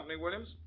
Williams